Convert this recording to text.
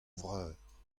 vreur